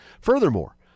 Furthermore